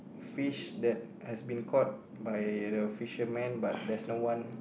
fish that has been caught by the fisherman but there's no one